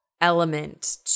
element